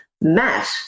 Matt